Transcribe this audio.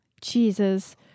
Jesus